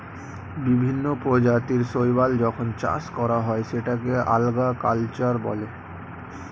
বিভিন্ন প্রজাতির শৈবাল যখন চাষ করা হয় সেটাকে আল্গা কালচার বলে